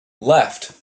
left